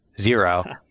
zero